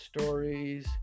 stories